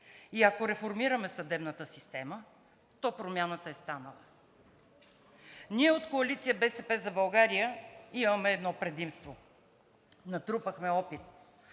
и ако реформираме съдебната система, то промяната е станала. Ние от Коалиция „БСП за България“ имаме едно предимство. Натрупахме опит